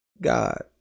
God